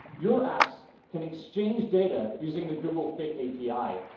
your apps can exchange data using the googlefit api,